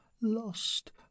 lost